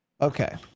Okay